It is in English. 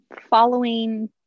following